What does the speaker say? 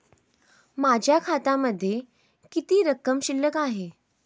माझ्या खात्यामध्ये किती रक्कम शिल्लक आहे?